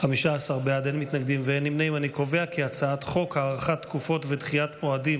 להעביר את הצעת חוק הארכת תקופות ודחיית מועדים